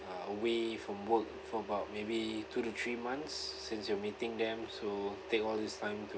uh away from work for about maybe two to three months since you are meeting them to take all this time to